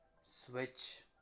switch